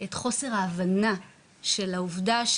גם את חוסר ההבנה של העובדה,